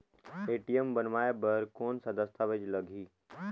ATM बनवाय बर कौन का दस्तावेज लगही?